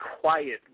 quiet